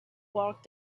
walked